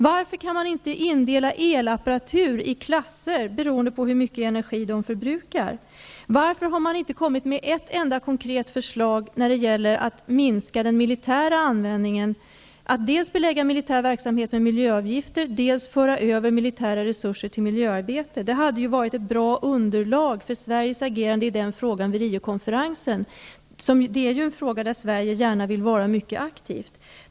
Varför kan man inte indela elapparatur i klasser beroende på hur mycket energi apparaterna förbrukar? Varför har man inte kommit med ett enda konkret förslag när det gäller att minska den militära användningen? Man skulle dels kunna belägga den militära verksamheten med miljöavgifter, dels överföra militära resurser till miljöarbete. Det skulle ha varit ett bra underlag för Sveriges agerande i den frågan vid Riokonferensen. Det är ju en fråga som man i Sverige vill agera aktivt i.